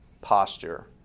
posture